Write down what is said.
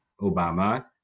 Obama